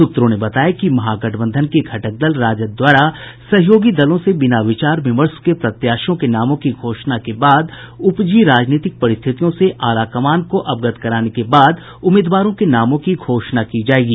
सूत्रों ने बताया है कि महागठबंधन के घटक दल राजद द्वारा सहयोगी दलों से बिना विचार विमर्श के प्रत्याशियों के नामों की घोषणा के बाद उपजी राजनीतिक परिस्थितियों से आलाकमान को अवगत कराने के बाद उम्मीदवारों के नामों की घोषणा की जायेगी